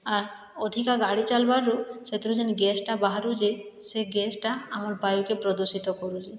ଆର୍ ଅଧିକା ଗାଡ଼ି ଚାଲବାରୁ ସେଥିରୁ ଯେନ୍ ଗ୍ୟାସଟା ବାହାରୁଛେ ସେ ଗ୍ୟାସଟା ଆମର୍ ବାୟୁକେ ପ୍ରଦୂଷିତ କରୁଛେ